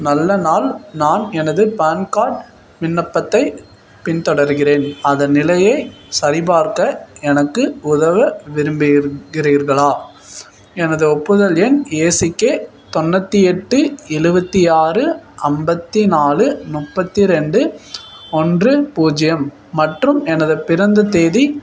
நல்ல நாள் நான் எனது பேன் கார்ட் விண்ணப்பத்தை பின் தொடர்கிறேன் அதன் நிலையை சரிபார்க்க எனக்கு உதவ விரும்பிகிறீர்களா எனது ஒப்புதல் எண் ஏசிகே தொண்ணூற்றி எட்டு எழுவத்தி ஆறு ஐம்பத்தி நாலு முப்பத்தி ரெண்டு ஒன்று பூஜ்ஜியம் மற்றும் எனது பிறந்தத் தேதி